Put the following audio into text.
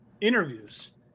interviews